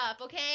okay